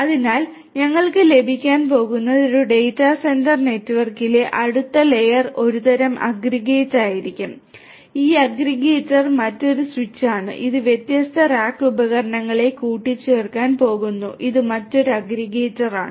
അതിനാൽ ഞങ്ങൾക്ക് ലഭിക്കാൻ പോകുന്നത് ഒരു ഡാറ്റാ സെന്റർ നെറ്റ്വർക്കിലെ അടുത്ത ലെയർ ഒരുതരം അഗ്രഗേറ്ററായിരിക്കും ഈ അഗ്രഗേറ്റർ മറ്റൊരു സ്വിച്ച് ആണ് ഇത് വ്യത്യസ്ത റാക്ക് ഉപകരണങ്ങളെ കൂട്ടിച്ചേർക്കാൻ പോകുന്നു ഇത് മറ്റൊരു അഗ്രഗേറ്ററാണ്